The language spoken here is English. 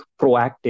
proactive